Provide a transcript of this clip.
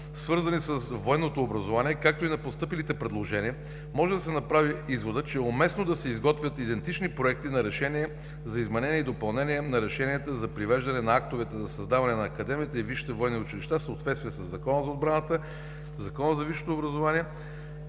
свързани с военното образование, както и на постъпилите предложения, може да се направи изводът, че е уместно да се изготвят идентични проекти на решения за изменение и допълнение на решенията за привеждане на актовете за създаване на Академията и висшите военни училища в съответствие със Закона за отбраната, Закона за висшето образование,